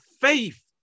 faith